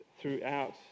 throughout